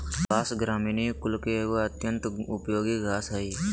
बाँस, ग्रामिनीई कुल के एगो अत्यंत उपयोगी घास हइ